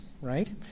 right